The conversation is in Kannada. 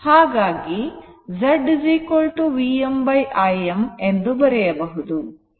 ಹಾಗಾಗಿ ZVm Im ಎಂದು ಬರೆಯಬಹುದು